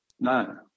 No